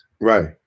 Right